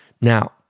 Now